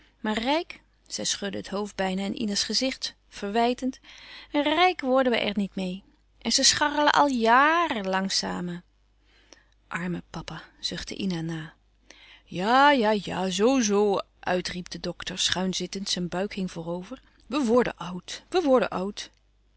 rijk zij schudde het hoofd bijna in ina's gezicht verwijtend rijk worden we er niet meê en ze scharrelen al jaaàren lang samen arme papa zuchtte ina na ja ja ja zoo-zoo uit riep de dokter schuin zittend zijn buik hing voorover we worden oud we worden oud